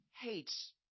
hates